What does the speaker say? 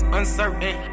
uncertain